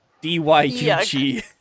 D-Y-U-G